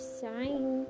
sign